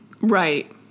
right